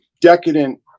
decadent